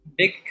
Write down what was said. Big